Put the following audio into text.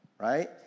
right